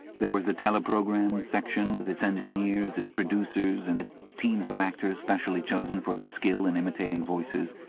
there was the tele-programmes section with its engineers, its producers, and its its teams of actors specially chosen for their skill in imitating voices.